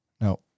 no